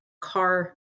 car